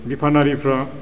बिफानारिफ्रा